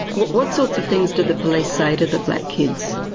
what sorts of things do the police say to the black kids?